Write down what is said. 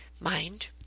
mind